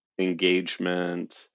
engagement